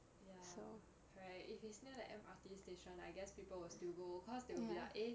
ya correct if it's near the M_R_T station I guess people will still go because they will be like eh